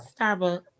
Starbucks